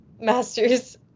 Masters